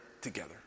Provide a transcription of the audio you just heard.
together